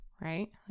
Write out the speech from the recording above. right